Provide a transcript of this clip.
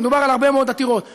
ומדובר על הרבה מאוד עתירות,